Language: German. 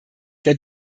der